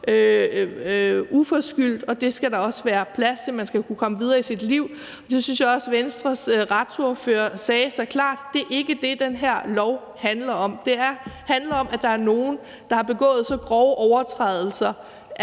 uforskyldt, for det skal der også være plads til. Man skal kunne komme videre i sit liv. Jeg synes også, at Venstres retsordfører sagde meget klart, at det ikke er det, det her lovforslag handler om. Det handler om, at der er nogle, der har begået så grove overtrædelser, at